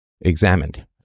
examined